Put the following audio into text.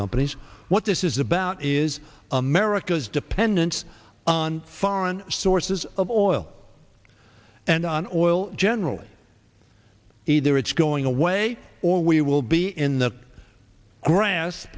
companies what this is about is america's dependence on foreign sources of oil and on oil generally either it's going away or we will be in the grass